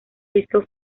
disco